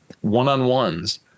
one-on-ones